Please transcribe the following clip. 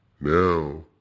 now